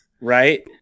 Right